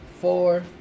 four